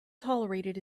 tolerated